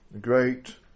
great